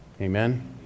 Amen